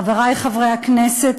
חברי חברי הכנסת,